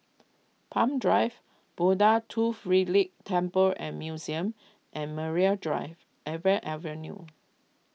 Palm Drive Buddha Tooth Relic Temple and Museum and Maria Drive Avenue